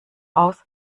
aus